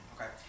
Okay